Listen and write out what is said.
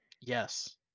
yes